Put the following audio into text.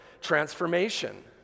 transformation